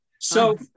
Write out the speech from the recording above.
So-